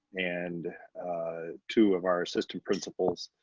and two of our assistant principals.